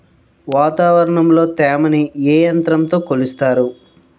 వాతావరణంలో తేమని ఏ యంత్రంతో కొలుస్తారు?